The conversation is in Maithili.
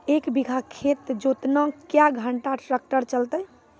एक बीघा खेत जोतना क्या घंटा ट्रैक्टर चलते?